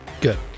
good